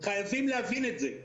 חייבים להבין את זה.